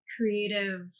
creative